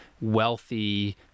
wealthy